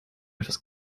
etwas